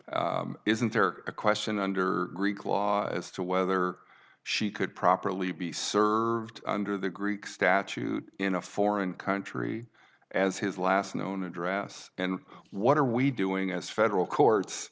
home isn't there a question under greek law as to whether she could properly be served under the greek statute in a foreign country as his last known address and what are we doing as federal courts